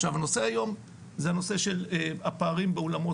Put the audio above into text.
עכשיו הנושא היום זה הנושא של הפערים באולמות